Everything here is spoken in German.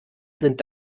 sind